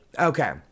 Okay